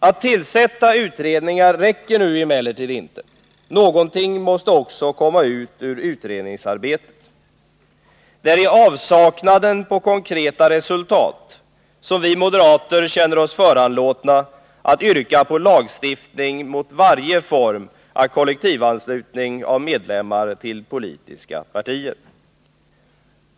Att tillsätta utredningar räcker emellertid inte — något måste också komma ut ur utredningsarbetet. Och det är i avsaknad av konkreta resultat som vi moderater känner oss föranlåtna att yrka på lagstiftning mot varje form av kollektivanslutning av medlemmar till politiska partier.